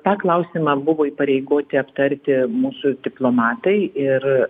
tą klausimą buvo įpareigoti aptarti mūsų diplomatai ir